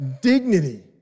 dignity